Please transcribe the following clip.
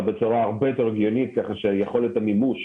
בצורה הרבה יותר הגיונית כך שיכולת המימוש